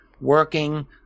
working